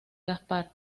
gaspar